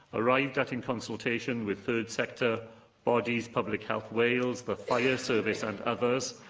arrived at in consultation with third sector bodies, public health wales, the fire service and others,